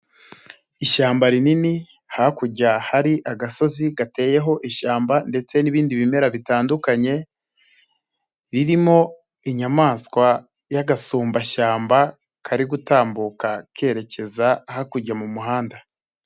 Ishyamba rinini hakurya hari agasozi gateyeho ishyamba ndetse n'ibindi bimera bitandukanye, ririmo inyamaswa y'agasumbashyamba kari gutambuka kerekeza hakurya mu muhanda.